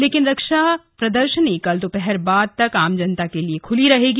लेकिन रक्षा प्रदर्शनी कल दोपहर बाद तक आम जनता के लिए खुली रहेगी